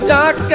Dark